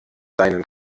deinen